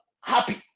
Happy